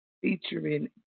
featuring